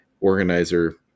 organizer